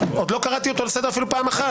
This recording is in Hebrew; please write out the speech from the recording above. עוד לא קראתי אותו לסדר אפילו פעם אחת.